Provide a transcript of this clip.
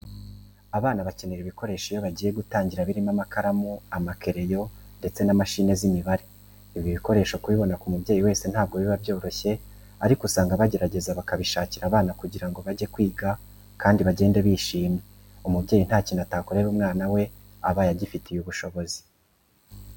Abana bakenera ibikoresho iyo bagiye gitangira birimo amakaramu, amakereyo ndetse na mashine z'imibare. Ibi bikoresho kubibona ku mubyeyi wese ntabwo biba byoroshye ariko usanga bagerageza bakabishakira abana kugira ngo bajye kwiga kandi bagende bishimye. Umubyeyi nta kintu atakorera umwana we abaye agifitiye ubushobozi.